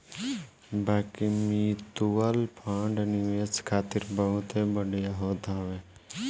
बाकी mutual fund निवेश खातिर बहुते बढ़िया होत हवे